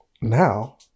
Now